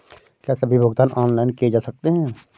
क्या सभी भुगतान ऑनलाइन किए जा सकते हैं?